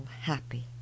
happy